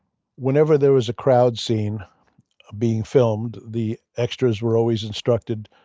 whenever there is a crowd scene being filmed, the extras were always instructed,